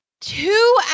two